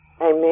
Amen